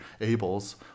Abel's